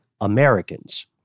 Americans